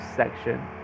section